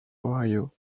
ohio